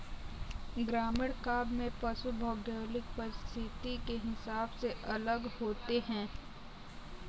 ग्रामीण काव्य में पशु भौगोलिक परिस्थिति के हिसाब से अलग होते हैं